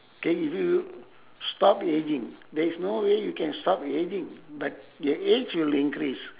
can you stop ageing there is no way you can stop ageing but the age will increase